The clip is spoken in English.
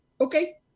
okay